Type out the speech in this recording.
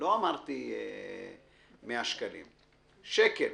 לא אמרתי 100 שקלים,